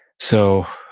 so,